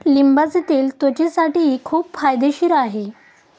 लिंबाचे तेल त्वचेसाठीही खूप फायदेशीर आहे